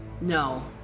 No